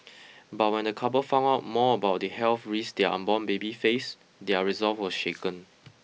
but when the couple found out more about the health risks their unborn baby faced their resolve was shaken